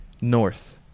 North